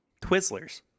twizzlers